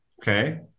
Okay